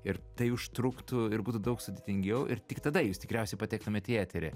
ir tai užtruktų ir būtų daug sudėtingiau ir tik tada jūs tikriausiai patektumėt į eterį